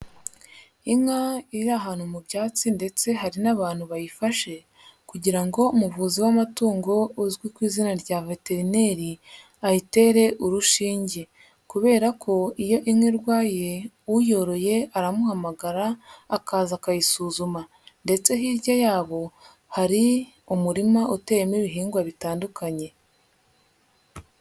Inka iri ahantu mu byatsi ndetse hari n'abantu bayifashe kugira ngo umuvuzi w'amatungo uzwi ku izina rya veterineri ayitere urushinge kubera ko iyo inka irwaye uyoroye aramuhamagara akaza akayisuzuma ndetse hirya yabo hari umurima uteyemo ibihingwa bitandukanye.